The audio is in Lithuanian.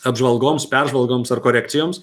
apžvalgoms peržvalgoms ar korekcijoms